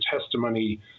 testimony